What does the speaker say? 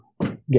get